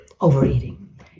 overeating